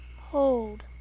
hold